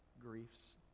griefs